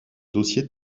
dossier